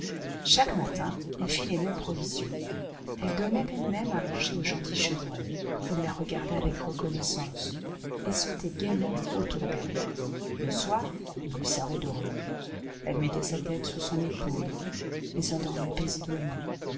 chaque matin elle fit les mêmes provisions elle donnait j elle-même à manger au gentil chevreuil il la re j gardait avec reconnaissance et sautait gaiement au i tour d'elle le soir il lui servait d'oreiller elle mettait sa tête sur son épaule et s'endormait paisi